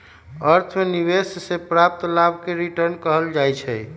अर्थ में निवेश से प्राप्त लाभ के रिटर्न कहल जाइ छइ